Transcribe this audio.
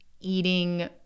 eating